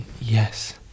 yes